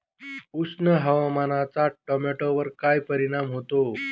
उष्ण हवामानाचा टोमॅटोवर काय परिणाम होतो?